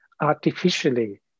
artificially